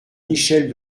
michèle